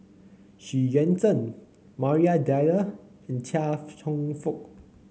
Xu Yuan Zhen Maria Dyer and Chia Cheong Fook